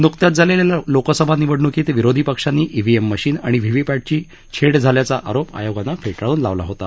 न्कत्याच झालेल्या लोकसभा निवडण्कीत विरोधी पक्षांनी ईव्हीएम मशीन आणि व्हीव्हीपॅटची छेड झाल्याचा आरोप आयोगानं फेटाळून लावला होता